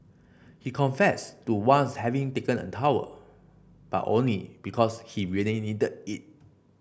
he confessed to once having taken a towel but only because he really needed it